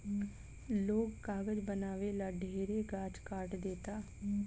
लोग कागज बनावे ला ढेरे गाछ काट देता